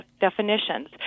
definitions